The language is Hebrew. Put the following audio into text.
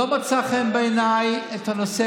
בנו לא פגעו כמו